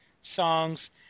songs